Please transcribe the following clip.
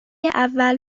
اول